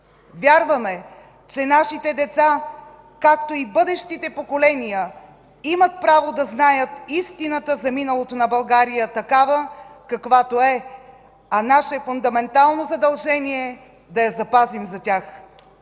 Вярваме, че нашите деца, както и бъдещите поколения, имат право да знаят истината за миналото на България такава, каквато е, а наше фундаментално задължение е да я запазим за тях.